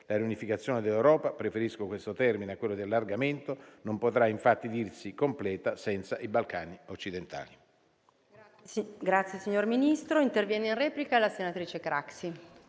La riunificazione dell'Europa - preferisco questo termine a quello di "allargamento" - non potrà infatti dirsi completa senza i Balcani occidentali.